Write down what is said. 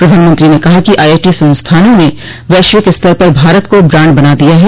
प्रधानमंत्रो ने कहा कि आईआईटी संस्थानों ने वैश्विक स्तर पर भारत को ब्रांड बना दिया है